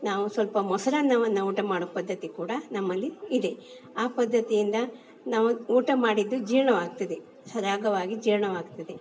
ನಾವು ಸ್ವಲ್ಪ ಮೊಸರನ್ನವನ್ನು ಊಟ ಮಾಡೋ ಪದ್ಧತಿ ಕೂಡ ನಮ್ಮಲ್ಲಿ ಇದೆ ಆ ಪದ್ಧತಿಯಿಂದ ನಾವು ಊಟ ಮಾಡಿದ್ದು ಜೀರ್ಣವಾಗ್ತದೆ ಸರಾಗವಾಗಿ ಜೀರ್ಣವಾಗ್ತದೆ